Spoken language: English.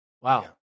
Wow